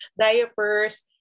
diapers